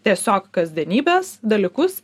tiesiog kasdienybės dalykus